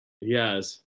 Yes